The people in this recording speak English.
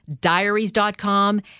diaries.com